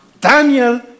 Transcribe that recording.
Daniel